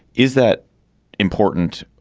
is that important?